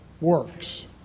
works